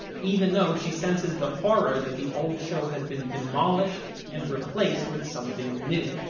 even though she senses the horror that the old show has been demolished and replaced with something new.